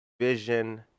Vision